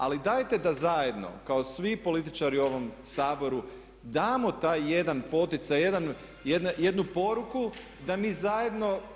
Ali dajte da zajedno kao svi političari u ovom saboru damo taj jedan poticaj, jedan, jednu poruku da mi zajedno.